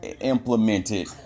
implemented